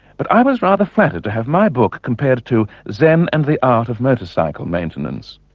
but i was rather flattered to have my book compared to zen and the art of motorcycle maintenance.